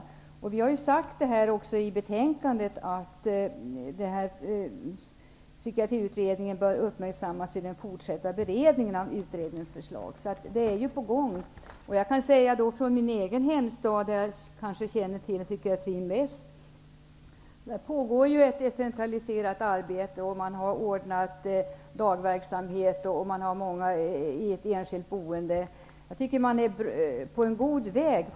Utskottet har i betänkandet sagt att denna grupps situation har uppmärksammats av Psykiatriutredningen och bör uppmärksammas i den fortsatta beredningen av utredningens förslag, och arbetet är i gång. I min hemstad, där jag kanske bäst känner till läget för psykiatrin, pågår ett decentraliseringsarbete. Man har ordnat dagverksamhet, och det finns många i enskilt boende. Jag tycker att man är på god väg.